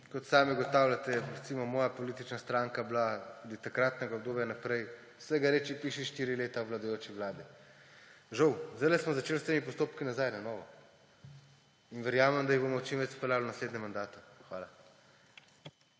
kot sami ugotavljate, moja politična stranka je bila od takratnega obdobja naprej vsega, reci in piši, štiri leta v vladajoči vladi. Žal, zdajle smo začeli s temi postopki nazaj, na novo. In verjamem, da jih bomo čim več speljali v naslednjem mandatu. Hvala.